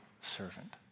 servant